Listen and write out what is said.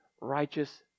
righteous